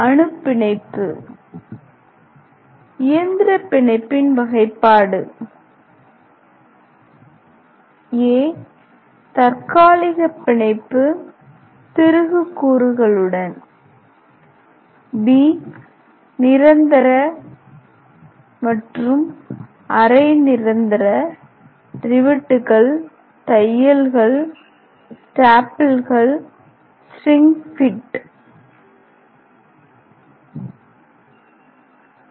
அணு பிணைப்பு இயந்திர பிணைப்பின் வகைப்பாடு அ தற்காலிக பிணைப்பு திருகு கூறுகளுடன் ஆ நிரந்தர அரை நிரந்தர i ரிவெட்டுகள் ii தையல்கள் iii ஸ்டேபிள்கள் iv ஷ்ரிங்க் பிட் 2